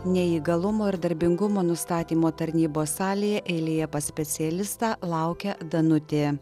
neįgalumo ir darbingumo nustatymo tarnybos salėje eilėje pas specialistą laukia danutė